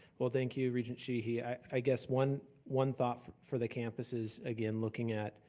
well thank you, regent sheehy. i guess one one thought for for the campuses, again, looking at